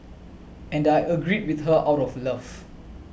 and I agreed with her out of love